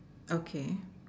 okay